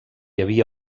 havia